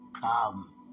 come